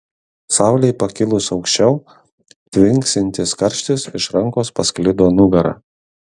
saulei pakilus auščiau tvinksintis karštis iš rankos pasklido nugara